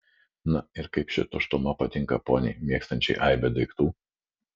na ir kaip ši tuštuma patinka poniai mėgstančiai aibę daiktų